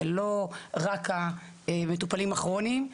זה לא רק המטופלים הכרוניים,